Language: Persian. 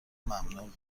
ممنون